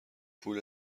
پول